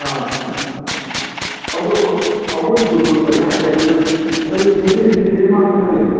ꯑꯥ ꯑꯗꯣ ꯑꯩꯈꯣꯏ ꯁ꯭ꯀꯨꯜꯗꯣ ꯄꯩꯁꯥ ꯍꯦꯟꯒꯠꯂꯤꯕ ꯍꯥꯏꯗꯤ ꯐꯦꯁꯤꯂꯤꯇꯤꯁꯨ ꯀꯔꯤꯝ ꯍꯥꯞꯄ ꯅꯠꯇꯦꯅ